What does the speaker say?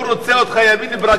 לא לזה התכוונתי.